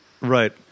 Right